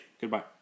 Goodbye